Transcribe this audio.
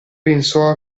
pensò